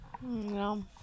No